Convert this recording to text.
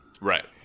right